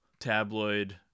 tabloid